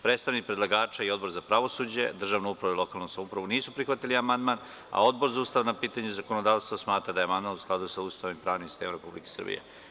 Predstavnik predlagača i Odbor za pravosuđe, državnu upravu i lokalnu samoupravu nisu prihvatili amandman, a Odbor za ustavna pitanja i zakonodavstvo smatra da je amandman u skladu sa Ustavom i pravnim sistemom Republike Srbije.